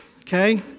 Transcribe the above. okay